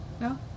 No